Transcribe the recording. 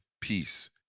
peace